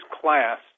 class